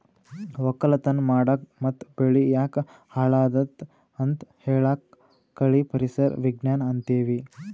ವಕ್ಕಲತನ್ ಮಾಡಕ್ ಮತ್ತ್ ಬೆಳಿ ಯಾಕ್ ಹಾಳಾದತ್ ಅಂತ್ ಹೇಳಾಕ್ ಕಳಿ ಪರಿಸರ್ ವಿಜ್ಞಾನ್ ಅಂತೀವಿ